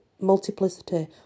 multiplicity